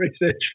research